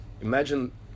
imagine